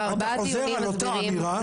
אתה חוזר על אותה אמירה,